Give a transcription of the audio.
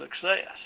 success